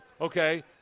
Okay